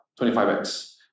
25x